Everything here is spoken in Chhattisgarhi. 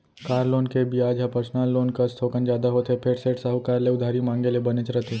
कार लोन के बियाज ह पर्सनल लोन कस थोकन जादा होथे फेर सेठ, साहूकार ले उधारी मांगे ले बनेच रथे